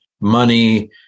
money